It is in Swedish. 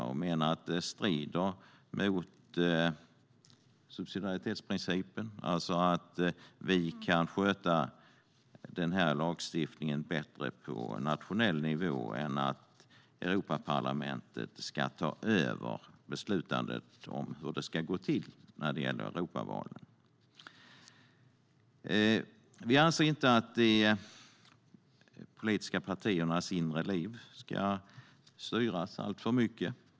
Vi menar att de strider mot subsidiaritetsprincipen, det vill säga att vi anser att vi kan sköta lagstiftningen bättre på nationell nivå än att Europaparlamentet ska ta över beslutanderätten om hur Europavalen ska gå till. Vi anser inte att de politiska partiernas inre liv ska styras alltför mycket.